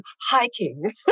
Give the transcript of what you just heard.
hiking